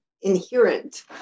inherent